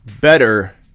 better